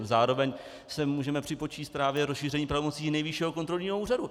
Zároveň sem můžeme připočíst právě rozšíření pravomocí Nejvyššího kontrolního úřadu.